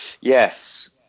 Yes